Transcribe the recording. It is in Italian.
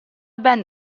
band